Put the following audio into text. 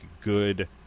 good